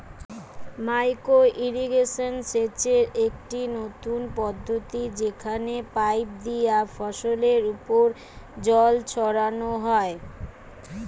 micro irrigation সেচের একটি নতুন পদ্ধতি যেখানে পাইপ দিয়া ফসলের ওপর জল ছড়ানো হয়